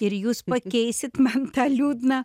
ir jūs pakeisit man tą liūdną